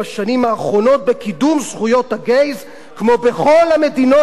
זכויות הגייז כמו בכל המדינות המערביות הליברליות.